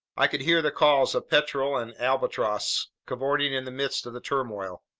i could hear the calls of petrel and albatross cavorting in the midst of the turmoil.